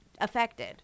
affected